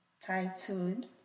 titled